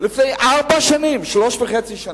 לפני ארבע שנים, שלוש שנים וחצי.